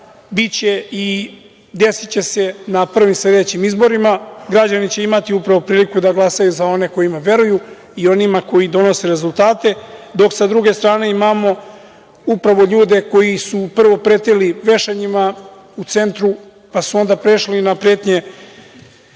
biće i desiće se na prvim sledećim izborima. Građani će imati upravo priliku da glasaju za one kojima veruju i onima koji donose rezultate, dok sa druge strane imamo, upravo ljude koji su prvo pretili vešanjima u centru, pa su onda prešli i na pretnje